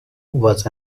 was